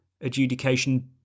adjudication